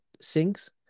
sinks